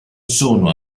sono